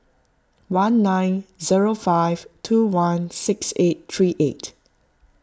one nine zero five two one six eight three eight